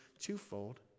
twofold